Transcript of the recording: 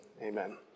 amen